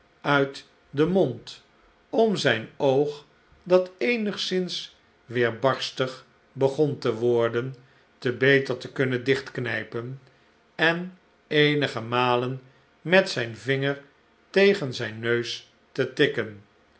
uit den mond om zijn oog dat eenigszins weerbarstig begon te worden te beter te kunnen dichtknijpen en eenige malen met zijn vinger tegen zijn neus te tikken